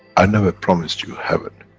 i never promised you heaven.